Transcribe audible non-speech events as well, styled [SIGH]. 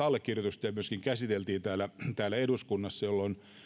[UNINTELLIGIBLE] allekirjoitusta ja joka myöskin käsiteltiin täällä täällä eduskunnassa jolloin